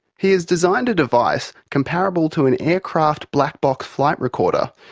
he has designed a device comparable to an aircraft black box flight recorder.